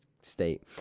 state